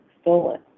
stolen